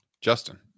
Justin